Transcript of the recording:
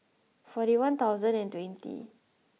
forty one thousand and twenty